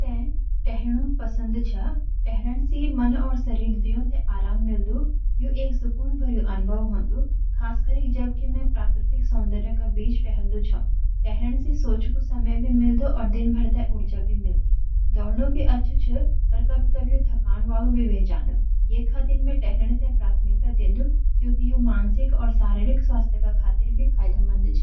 मेते टहलनु पसंद छ। टहलन सी मन और ससिर द्वियो ते आराम मिलदु। यु एक सुकुन भृयुं अनुभव होंद, खस्कारिक जब कि मैं प्राकृतिक सॉन्ड्रियोन का बिच चलदु छो। टहलन सी सोच कू समय भी मिलदु और दिनभर ते ऊर्जा भी मिलदी। दोडनू भी अच्छा छ पर कभी-कभी यू थकन वालू भी वे जांडू। यखतीर में तहलान ते प्रथमिकता डेंडू क्योकी यू मानसिक और शारीरिक स्वास्थ्य का खातिर फायदेमंद छ।